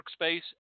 workspace